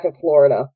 Florida